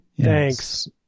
thanks